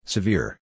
Severe